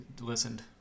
listened